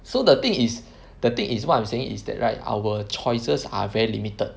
so the thing is the thing is what I'm saying is that right our choices are very limited